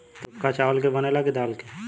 थुक्पा चावल के बनेला की दाल के?